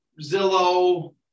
Zillow